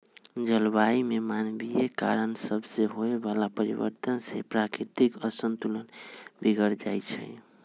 जलवायु में मानवीय कारण सभसे होए वला परिवर्तन से प्राकृतिक असंतुलन बिगर जाइ छइ